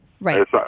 Right